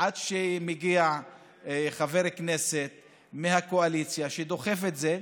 עד שמגיע חבר כנסת מהקואליציה שדוחף את זה,